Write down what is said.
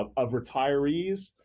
um of retirees,